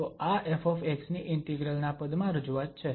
તો આ ƒ ની ઇન્ટિગ્રલ ના પદમાં રજૂઆત છે